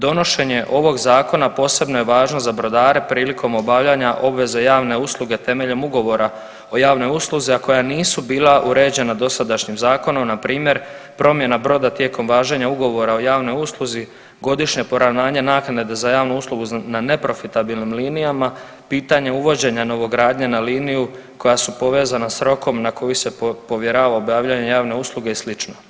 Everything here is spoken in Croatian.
Donošenje ovog zakona posebno je važno za brodare prilikom obavljanja obveze javne usluge temeljem ugovora o javnoj usluzi, a koja nisu bila uređena dosadašnjim zakonom npr. promjena broda tijekom važenja broda o javnoj usluzi, godišnje poravnanje naknade za javnu uslugu na neprofitabilnim linijama, pitanje uvođenja novogradnje na liniju koja su povezana s rokom na koji se povjerava obavljanje javne usluge i sl.